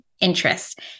interest